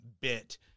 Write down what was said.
bit